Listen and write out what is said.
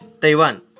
Taiwan